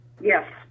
Yes